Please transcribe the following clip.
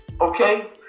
okay